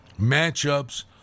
matchups